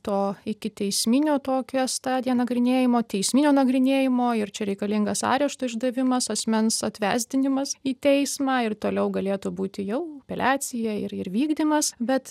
to ikiteisminio tokia stadija nagrinėjimo teisminio nagrinėjimo ir čia reikalingas arešto išdavimas asmens atvesdinimas į teismą ir toliau galėtų būti jau apelecija ir ir vykdymas bet